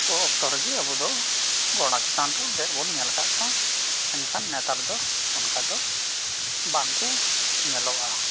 ᱠᱚ ᱚᱠᱛᱚ ᱨᱮᱜᱮ ᱟᱵᱚ ᱫᱚ ᱜᱷᱚᱲᱟ ᱪᱮᱛᱟᱱ ᱨᱮ ᱫᱮᱡ ᱵᱚᱱ ᱧᱮᱞ ᱠᱟᱜ ᱠᱚᱣᱟ ᱮᱱᱠᱷᱟᱱ ᱱᱮᱛᱟᱨ ᱫᱚ ᱚᱱᱠᱟ ᱫᱚ ᱵᱟᱝ ᱠᱚ ᱧᱮᱞᱚᱜᱼᱟ